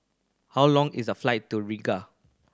how long is the flight to Riga